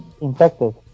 infected